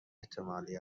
احتمالی